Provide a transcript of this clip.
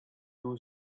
too